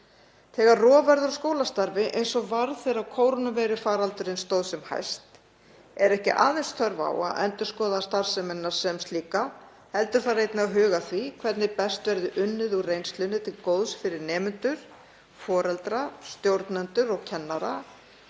Þegar rof verður á skólastarfi, eins og varð þegar kórónuveirufaraldurinn stóð sem hæst, er ekki aðeins þörf á að endurskoða starfsemina sem slíka heldur þarf einnig að huga að því hvernig best verði unnið úr reynslunni til góðs fyrir nemendur, foreldra, stjórnendur, kennara